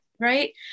right